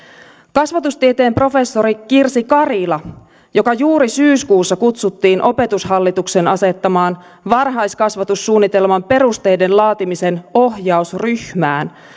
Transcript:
kasvatustieteen professori kirsti karila joka juuri syyskuussa kutsuttiin opetushallituksen asettamaan varhaiskasvatussuunnitelman perusteiden laatimisen ohjausryhmään